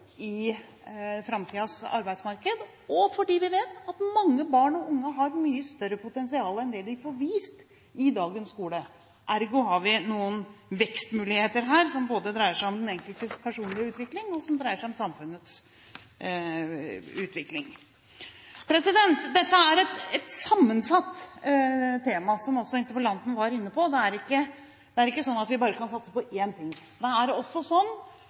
i framtidens arbeidsmarked, og fordi vi vet at mange barn og unge har et mye større potensial enn det de får vist i dagens skole. Ergo har vi noen vekstmuligheter som dreier seg om både den enkeltes personlige utvikling og samfunnets utvikling. Dette er et sammensatt tema, som også interpellanten var inne på. Det er ikke slik at vi bare kan satse på én ting. Det er også slik at alt det